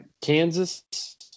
Kansas